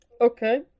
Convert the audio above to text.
Okay